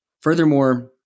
Furthermore